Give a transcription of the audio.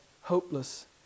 hopeless